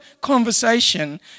conversation